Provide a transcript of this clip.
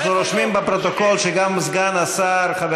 אנחנו רושמים בפרוטוקול שגם סגן השר חבר